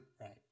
Right